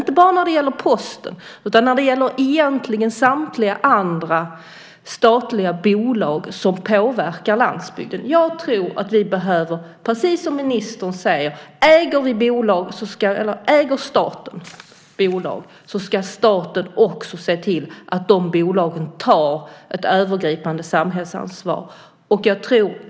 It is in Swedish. Det gäller inte bara Posten utan det gäller egentligen också samtliga andra statliga bolag som påverkar landsbygden. Jag tror att det är precis som ministern säger: Äger staten bolag så ska staten också se till att de bolagen tar ett övergripande samhällsansvar.